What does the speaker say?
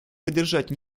поддержать